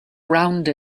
rounded